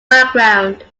background